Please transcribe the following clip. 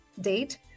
date